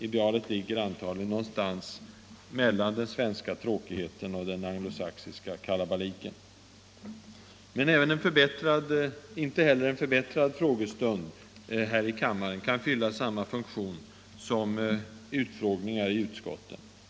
Idealet ligger antagligen någonstans mellan den svenska iråkigheten och den anglosaxiska kalabaliken. Men inte heller en förbättrad frågestund här i kammaren kan fylla samma funktion som utfrågningar i utskotten.